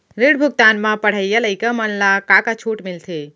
ऋण भुगतान म पढ़इया लइका मन ला का का छूट मिलथे?